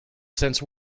since